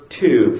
two